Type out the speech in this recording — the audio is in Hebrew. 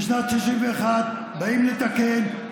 בשנת 1961. באים לתקן.